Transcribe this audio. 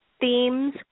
themes